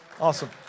awesome